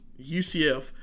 UCF